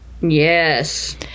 Yes